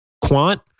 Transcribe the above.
quant